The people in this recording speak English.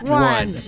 one